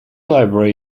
library